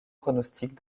pronostic